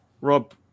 rob